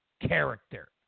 character